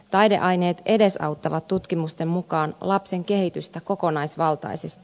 taideaineet edesauttavat tutkimusten mukaan lapsen kehitystä kokonaisvaltaisesti